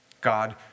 God